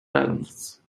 panels